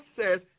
says